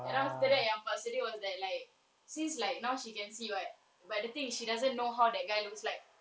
and after that yang part sedih was that like since like now she can see right but the thing she doesn't know how that guy looks like